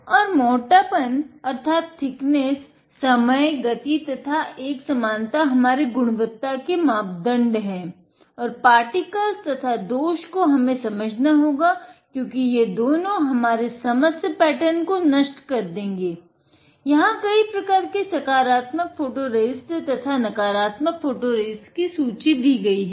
और मोटापन अर्थात थिकनेस की सूची दी गयी है